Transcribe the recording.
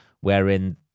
wherein